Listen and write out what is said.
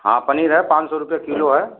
हाँ पनीर है पाँच सौ रुपये किलो है